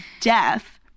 death